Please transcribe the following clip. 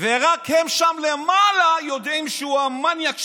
ורק הם שם למעלה יודעים שהוא המניאק שלהם.